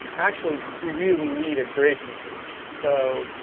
actually, we really need a curation solution. so